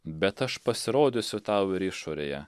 bet aš pasirodysiu tau ir išorėje